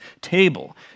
table